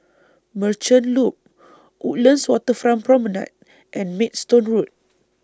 Merchant Loop Woodlands Waterfront Promenade and Maidstone Road